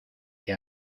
que